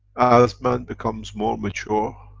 as man becomes more mature